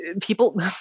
people